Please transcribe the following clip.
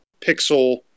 pixel